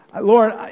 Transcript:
Lord